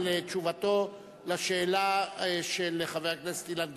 על תשובתו על השאלה של חבר הכנסת אילן גילאון,